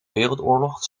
wereldoorlog